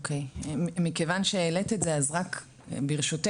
מכיוון שהעלית את זה, ברשותך,